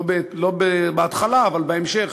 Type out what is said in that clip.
לא בהתחלה אבל בהמשך,